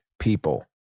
people